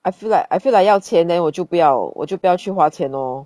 I feel like I feel like 要钱 then 我就不要我就不要去花钱哦